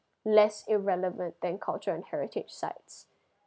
less irrelevant than culture and heritage sites